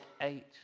eight